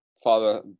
father